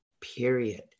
period